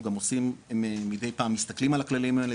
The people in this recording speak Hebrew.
אנחנו גם עושים מידי פעם מסתכלים על הכללים האלה,